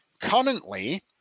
Currently